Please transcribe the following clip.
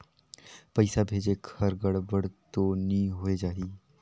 पइसा भेजेक हर गड़बड़ तो नि होए जाही?